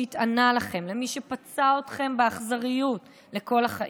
למי שעינה אתכם, מי שפצע אתכם באכזריות לכל החיים,